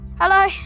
Hello